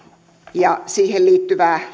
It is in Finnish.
ja siihen liittyvää